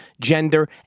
gender